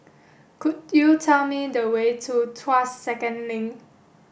could you tell me the way to Tuas Second Link